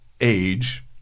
age